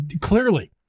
Clearly